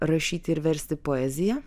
rašyti ir versti poeziją